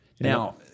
Now